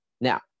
Now